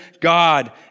God